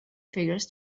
figures